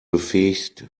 befähigt